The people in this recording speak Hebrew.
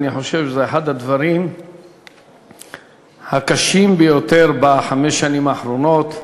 אני חושב שזה אחד הדברים הקשים ביותר בחמש השנים האחרונות.